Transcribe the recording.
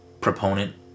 proponent